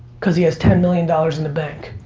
cause he has ten million dollars in the bank.